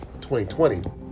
2020